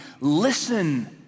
listen